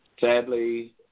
Sadly